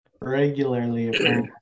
regularly